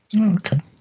okay